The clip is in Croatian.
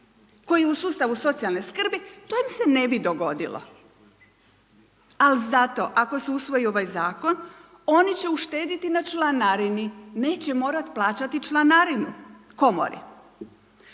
koji je u sustavu socijalne skrbi to im se ne bi dogodilo, a zato ako se usvoji ovaj zakon oni će uštediti na članarini neće morati plaćati članarinu komori.